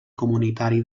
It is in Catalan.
comunitari